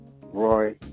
Roy